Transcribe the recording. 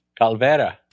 Calvera